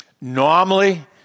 Normally